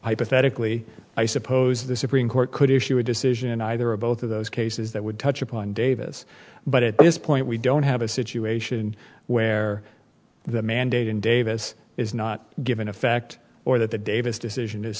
hypothetically i suppose the supreme court could issue a decision either or both of those cases that would touch upon davis but at this point we don't have a situation where the mandate in davis is not given a fact or that the davis decision is